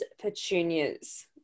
petunias